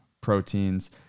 proteins